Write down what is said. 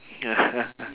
ya